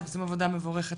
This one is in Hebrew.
אתם עושים עבודה מבורכת,